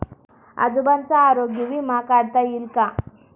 आजोबांचा आरोग्य विमा काढता येईल का?